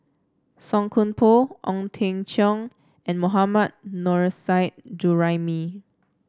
Song Koon Poh Ong Teng Cheong and Mohammad Nurrasyid Juraimi